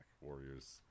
warriors